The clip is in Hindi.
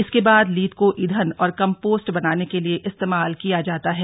इसके बाद लीद को ईंधन और कम्पोस्ट बनाने के लिए इस्तेमाल किया जाता है